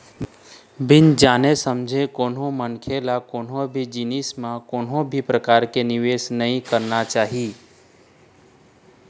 बिन जाने समझे कोनो मनखे ल कोनो भी जिनिस म कोनो भी परकार के निवेस नइ करना चाही